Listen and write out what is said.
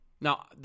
now